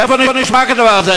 איפה נשמע כדבר הזה?